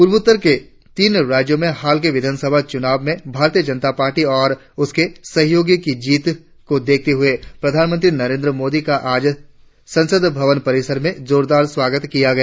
पूर्वोत्तर के तीन राज्यों में हाल के विधानसभा चुनावों में भारतीय जनता पार्टी और उसके सहयोगियों की जीत को देखते हुए प्रधानमंत्री नरेंद्र मोदी का आज संसद भवन परिसर में जोरदार स्वागत किया गया